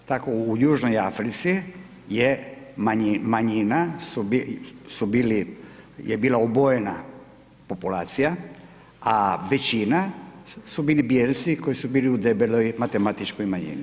Tako u Južnoj Africi je manjina su bili, je bila obojena populacija a većina su bili bijelci koji su bili u debeloj matematičkoj manjini.